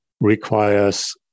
requires